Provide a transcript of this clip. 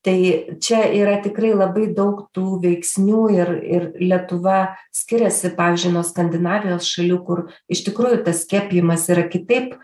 tai čia yra tikrai labai daug tų veiksnių ir ir lietuva skiriasi pavyzdžiui nuo skandinavijos šalių kur iš tikrųjų tas skiepijimas yra kitaip